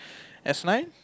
S nine